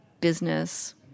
business